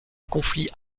conflit